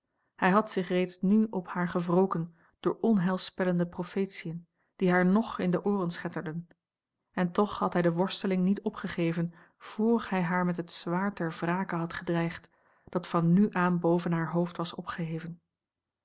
hij had zich reeds nu op haar gewroken door onheilspellende profetieën die haar ng in de ooren schetterden en toch had hij de worsteling niet opgegeven vr hij haar met het zwaard der wrake had gedreigd dat van nu aan boven haar hoofd was opgeheven